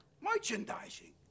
Merchandising